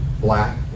black